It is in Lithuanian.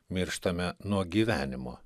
mirštame nuo gyvenimo